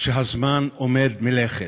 שהזמן עומד מלכת.